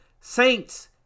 Saints